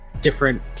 different